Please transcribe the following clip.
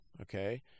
okay